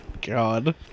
God